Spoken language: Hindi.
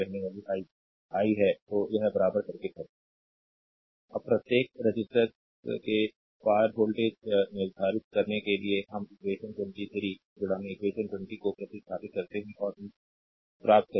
स्लाइड टाइम देखें 1857 अब प्रत्येक रेसिस्टर्स के पार वोल्टेज निर्धारित करने के लिए हम इक्वेशन 23 इक्वेशन 20 को प्रतिस्थापित करते हैं और हम प्राप्त करेंगे